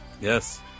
Yes